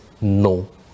no